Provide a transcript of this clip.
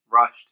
rushed